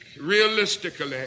realistically